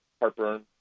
heartburn